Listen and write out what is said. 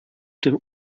dem